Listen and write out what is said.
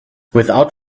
without